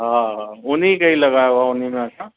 हा हा हुनखे ई लॻायो आहे हुन में असां